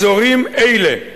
אזורים אלה,